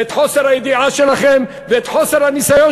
את חוסר הידיעה שלכם ואת חוסר הניסיון